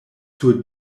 sur